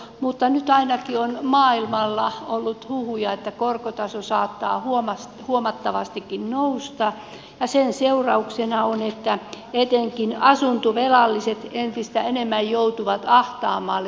mutta nyt ainakin on maailmalla ollut huhuja että korkotaso saattaa huomattavastikin nousta ja sen seurauksena on että etenkin asuntovelalliset entistä enemmän joutuvat ahtaammalle